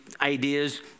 ideas